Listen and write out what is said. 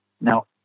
Now